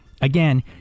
Again